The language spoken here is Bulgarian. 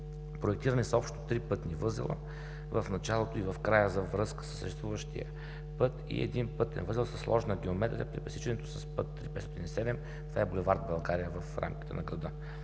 Проектирани са общо три пътни възела – в началото и в края за връзка със съществуващия път и един пътен възел със сложна геометрия при пресичането с Път III-507, това е булевард „България“ в рамките на града.